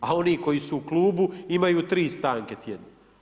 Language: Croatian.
A oni koji su u Klubu, imaju 3 stanke tjedno.